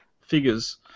figures